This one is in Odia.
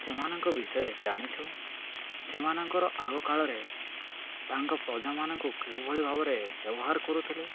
ସେମାନଙ୍କ ବିଷୟରେ ଜାଣିଛୁ ସେମାନଙ୍କର ଆଗ କାଳରେ ତାଙ୍କ ପ୍ରଜାମାନଙ୍କୁ କେଉଁଭଳି ଭାବରେ ବ୍ୟବହାର କରୁଥିଲେ